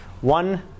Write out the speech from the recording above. One